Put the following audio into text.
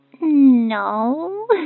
No